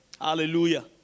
Hallelujah